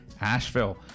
Asheville